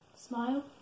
Smile